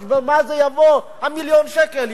חשבון מה זה יבוא, מיליון שקל?